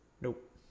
Nope